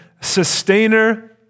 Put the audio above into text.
sustainer